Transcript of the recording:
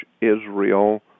Israel